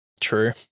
True